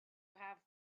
have